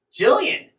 Jillian